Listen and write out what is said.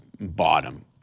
bottom